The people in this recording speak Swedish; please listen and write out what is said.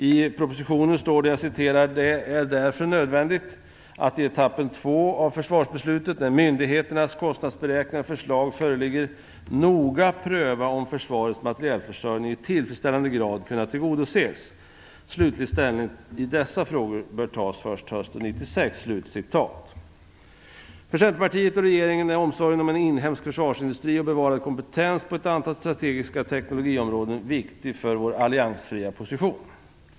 I propositionen står det: "Det är därför nödvändigt att i etappen två av försvarsbeslutet, när myndigheternas kostnadsberäkningar och förslag föreligger, noga pröva om försvarets materielförsörjning i tillfredsställande grad kunnat tillgodoses. Slutlig ställning i dessa frågor bör därför tas först hösten 1996." För Centerpartiet och regeringen är omsorgen om en inhemsk försvarsindustri och bevarad kompetens på ett antal strategiska teknologiområden viktigt för vår alliansfria position.